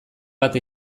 bat